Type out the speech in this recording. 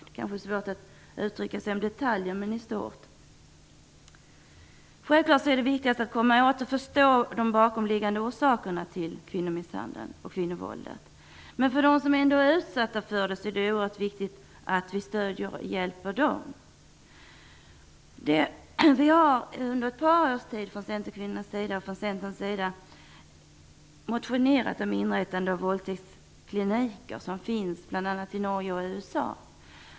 Det kan vara svårt att uttrycka sig i detalj, men i stort. Självklart är det viktigt att förstå de bakomliggande orsakerna till kvinnomisshandel och kvinnovåldet. Det är oerhört viktigt att vi stödjer och hjälper dem som är utsatta. Vi har under ett par års tid från Centerns sida motionerat om inrättande av sådana våldtäktskliniker som finns bl.a. i Norge och USA.